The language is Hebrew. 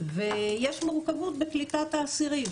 ויש מורכבות בקליטת האסירים.